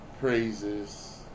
praises